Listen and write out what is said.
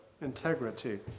integrity